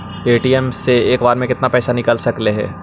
ATM से एक बार मे केत्ना पैसा निकल सकली हे?